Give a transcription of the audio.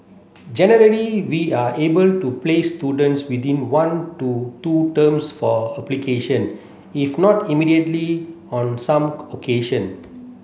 generally we are able to place students within one to two terms for application if not immediately on some occasion